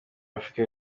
afurika